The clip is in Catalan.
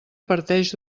parteix